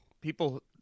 people